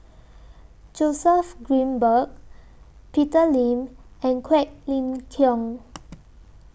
Joseph Grimberg Peter Lim and Quek Ling Kiong